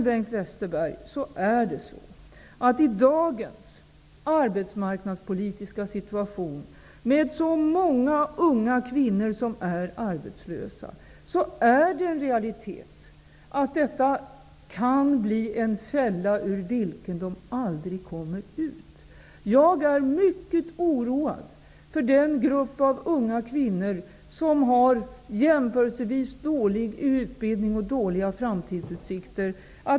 Westerberg, med så många unga kvinnor som är arbetslösa, är det en realitet att detta kan bli en fälla ur vilken de aldrig kommer ur. Jag är mycket oroad för den grupp av unga kvinnor som har jämförelsevis dålig utbildning och dåliga framtidsutsikter.